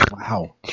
Wow